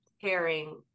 caring